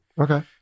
Okay